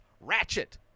Ratchet